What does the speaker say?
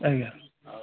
ଆଜ୍ଞା